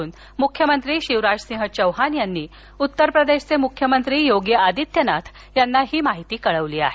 तर मुख्यमंत्री शिवराजसिंग चौहान यांनी उत्तरप्रदेशचे मुख्यमंत्री योगी आदित्यनाथ यांना ही माहिती कळविली आहे